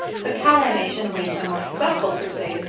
the cara nation waged a more successful crusade,